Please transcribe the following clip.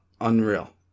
Unreal